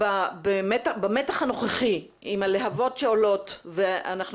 במתח הנוכחי הלהבות שעולות ואנחנו